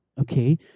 okay